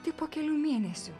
tik po kelių mėnesių